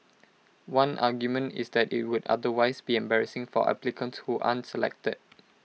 one argument is that IT would otherwise be embarrassing for applicants who aren't selected